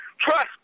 Trust